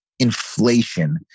Inflation